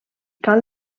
cal